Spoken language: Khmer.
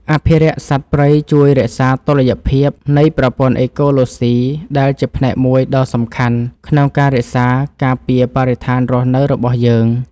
អភិរក្សសត្វព្រៃជួយរក្សាតុល្យភាពនៃប្រព័ន្ធអេកូឡូស៊ីដែលជាផ្នែកមួយដ៏សំខាន់ក្នុងការរក្សាការពារបរិស្ថានរស់នៅរបស់យើង។